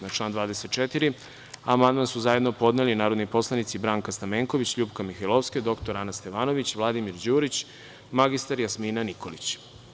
Na član 24. amandman su zajedno podneli narodni poslanici Branka Stamenković, LJupka Mihajlovska, dr Ana Stevanović, Vladimir Đurić i mr Jasmina Nikolić.